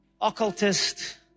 occultist